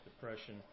depression